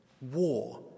war